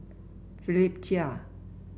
Philip Chia